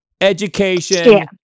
education